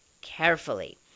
carefully